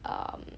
um